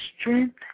strength